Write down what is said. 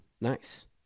nice